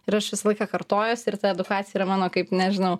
ir aš visą laiką kartojuosi ir ta edukacija yra mano kaip nežinau